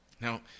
Now